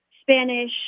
Spanish